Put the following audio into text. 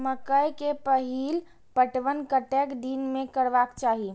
मकेय के पहिल पटवन कतेक दिन में करबाक चाही?